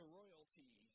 royalty